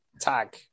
tag